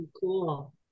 Cool